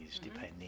depending